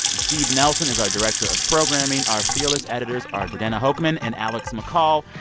steve nelson is our director of programming. our fearless editors are jordana hochman and alex mccall.